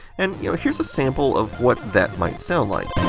and you know here's a sample of what that might sound like.